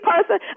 person